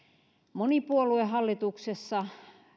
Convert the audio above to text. monipuoluehallituksessa